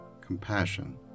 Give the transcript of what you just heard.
compassion